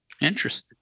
Interesting